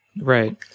Right